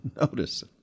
notice